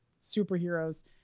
superheroes